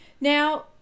now